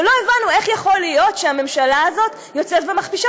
ולא הבנו איך יכול להיות שהממשלה הזאת יוצאת ומכפישה.